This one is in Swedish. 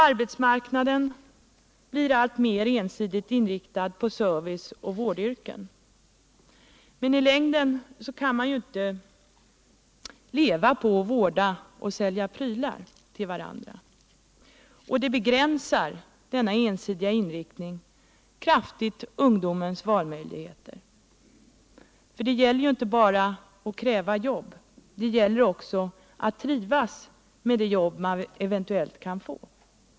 Arbetsmarknaden blir alltmer ensidigt inriktad på service och vårdyrken. Men i längden kan man ju inte leva på att vårda och att sälja prylar till varandra. Denna ensidiga inriktning av arbetsmarknaden begränsar också kraftigt ungdomens valmöjligheter. Det gäller inte bara att kräva jobb, utan det gäller också att trivas med det jobb man eventuellt kan få.